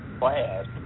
class